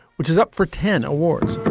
which is up for ten awards